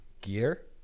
gear